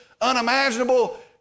unimaginable